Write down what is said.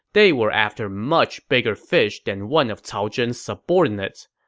they were after much bigger fish than one of cao zhen's subordinates.